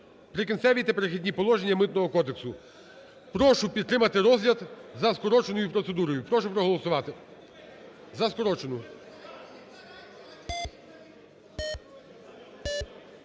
"Прикінцеві та перехідні положення" Митного кодексу. Прошу підтримати розгляд за скороченою процедурою. Прошу проголосувати за скороченою.